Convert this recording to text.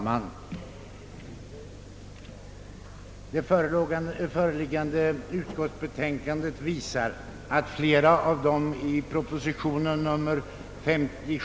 Herr talman!